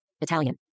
Italian